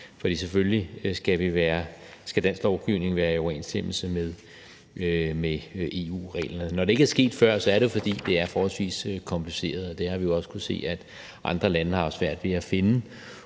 for selvfølgelig skal dansk lovgivning være i overensstemmelse med EU-reglerne. Når det ikke er sket før, er det, fordi det er forholdsvis kompliceret, og vi har jo også kunnet se, at andre lande har haft svært ved at finde